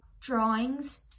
drawings